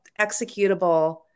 executable